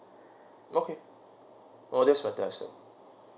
okay oo thanks for the answer